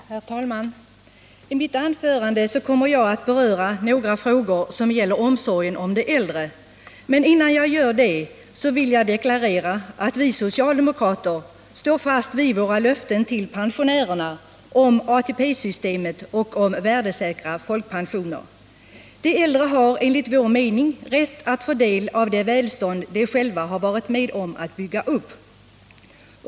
Herr talman! I mitt anförande kommer jag att beröra några frågor som gäller omsorgen om de äldre. Men innan jag gör det vill jag deklarera att vi socialdemokrater står fast vid våra löften till pensionärerna om ATP systemet och om värdesäkra folkpensioner. De äldre har enligt vår mening rätt att få del av det välstånd de själva har varit med om att bygga upp.